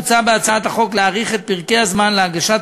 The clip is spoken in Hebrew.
מוצע בהצעת החוק להאריך את פרקי הזמן להגשת